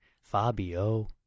Fabio